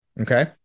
Okay